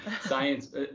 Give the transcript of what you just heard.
science